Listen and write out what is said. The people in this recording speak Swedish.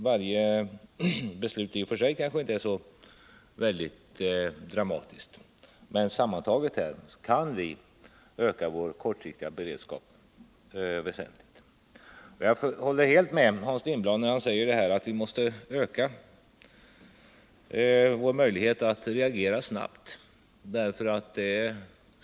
Varje beslut för sig kanske inte är så dramatiskt, men sammantagna kan de öka vår kortsiktiga beredskap väsentligt. Jag håller helt med Hans Lindblad när han säger att vi måste öka vår möjlighet att reagera snabbt.